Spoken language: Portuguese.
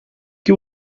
que